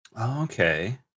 okay